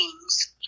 names